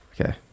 Okay